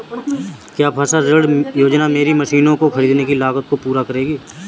क्या फसल ऋण योजना मेरी मशीनों को ख़रीदने की लागत को पूरा करेगी?